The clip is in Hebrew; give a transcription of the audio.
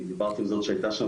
אני דיברתי עם זאת שהייתה שם,